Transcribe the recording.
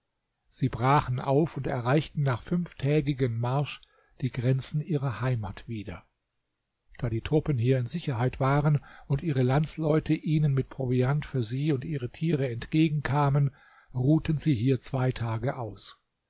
sie brachen auf und erreichten nach fünftägigem marsch die grenzen ihrer heimat wieder da die truppen hier in sicherheit waren und ihre landsleute ihnen mit proviant für sie und ihre tiere entgegenkamen ruhten sie hier zwei tage aus